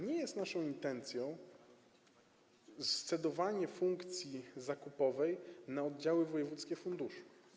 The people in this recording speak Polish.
Nie jest naszą intencją scedowanie funkcji zakupowej na oddziały wojewódzkie funduszu.